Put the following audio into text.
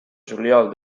juliol